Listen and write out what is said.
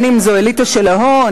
בין אם זאת אליטה של ההון,